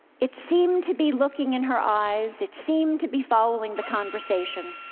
it seemed to be looking in her eyes. it seemed to be following the conversation.